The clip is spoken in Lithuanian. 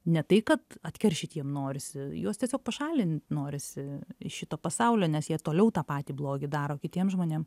ne tai kad atkeršyt jiem norisi juos tiesiog pašalint norisi iš šito pasaulio nes jie toliau tą patį blogį daro kitiem žmonėm